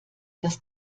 das